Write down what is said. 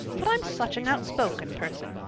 but i'm such an outspoken person.